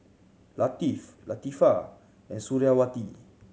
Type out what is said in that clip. Latif Latifa and Suriawati